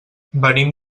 venim